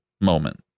moment